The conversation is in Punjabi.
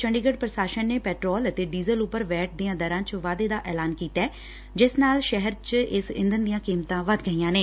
ਚੰਡੀਗੜ੍ ਪੁਸ਼ਾਸਨ ਨੇ ਪੈਟਰੋਲ ਅਤੇ ਡੀਜ਼ਲ ਉਪਰ ਵੈਟ ਦੀਆਂ ਦਰਾਂ ਵਿਚ ਵਾਧੇ ਦਾ ਐਲਾਨ ਕੀਤੈ ਜਿਸ ਨਾਲ ਸ਼ੱਹਿਰ ਚ ਇਸ ਈਧਣ ਦੀਆਂ ਕੀਮਤਾਂ ਵਧ ਗਈਆਂ ਨੇ